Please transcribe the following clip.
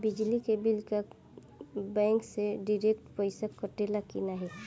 बिजली के बिल का बैंक से डिरेक्ट पइसा कटेला की नाहीं?